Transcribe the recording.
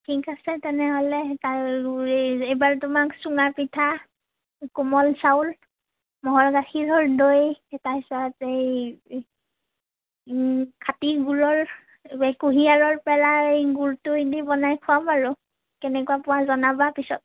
ঠিক আছে তেনেহ'লে এইবাৰ তোমাক চুঙা পিঠা কোমল চাউল ম'হৰ গাখীৰৰ দৈ তাৰপিছত এই খাটি গুৰৰ কুঁহিয়াৰৰ পেৰা এই গুৰটোৱেদি বনাই খোৱাম আৰু কেনেকুৱা পোৱা জনাবা পিছত